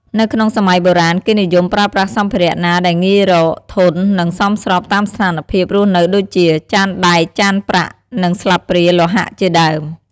នៅក្នុងសម័យបុរាណគេនិយមប្រើប្រាស់សម្ភារៈណាដែលងាយរក ធន់ និងសមស្របតាមស្ថានភាពរស់នៅដូចជា ចានដែក ចានប្រាក់ និងស្លាបព្រាលោហៈជាដើម។